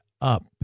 up